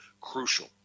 crucial